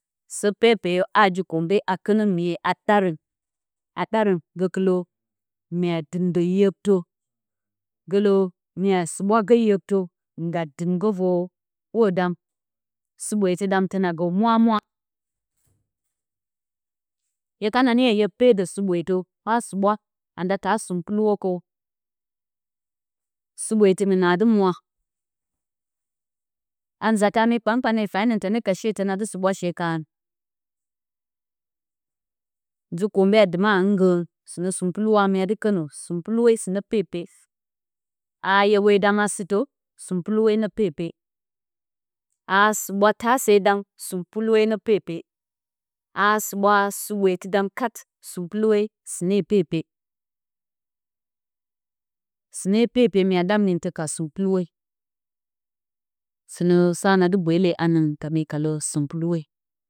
Sǝ pepeyǝ a ji-koombe a kǝnǝ miye, a ɗarǝn, a ɗarǝn gǝkɨlǝ mya dɨmdǝ rektǝ, gǝlǝ mya suɓwagǝ rektǝ ngga dɨmgǝ vor hwodam, suɓweetɨ dam tǝna gǝ mwa-mwa. Hye kana niyo hye pedo suɓweetǝ ɓa suɓwa, anda taa sunpuluwo kǝw, suɓweetɨngɨn aa dɨ mwa. A nzata mi kpan-kpanye fyanǝng, tǝne ka she tǝna dɨ suɓwa she karǝn. Ji-koombe a dɨma hɨngǝrǝn, sɨnǝ sunpuluwa mya dɨ kǝnǝ. Sunpuluwe, sɨnǝ pepe a haa-yeɓwe dam a sɨtǝ, sunpuluwe nǝ pepe. a haa suɓwa dam, sunpuluwe nǝ pepe. a haa suɓwa suɓweetɨ dam kat, sunpuluwe sɨne pepe. Sɨne pepe mya ɗam lyentǝ ka sunpuluwe. Sɨnǝ sa na dɨ bweele a nǝngɨn ka lǝ sunpuluwe.